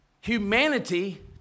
humanity